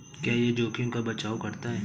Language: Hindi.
क्या यह जोखिम का बचाओ करता है?